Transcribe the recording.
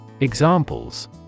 Examples